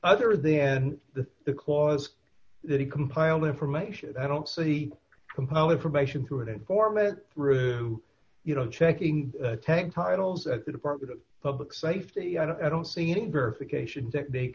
other than the the clause that he compiled information i don't see compile information through an informant through you know checking the tag titles at the department of public safety i don't see any verification technique